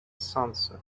sunset